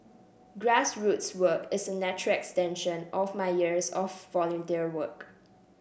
grassroots work is a natural extension of my years of volunteer work